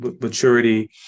Maturity